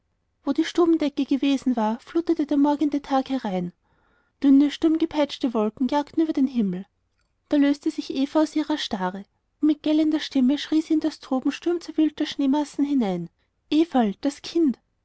wo die stubendecke gewesen war flutete der morgende tag herein dünne sturmgepeitschte wolken jagten über den himmel da löste sich eva aus ihrer starre und mit gellender stimme schrie sie in das toben sturmzerwühlter schneemassen hinein everl das kind